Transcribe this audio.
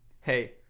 hey